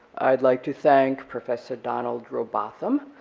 i'd like to thank professor donald robotham,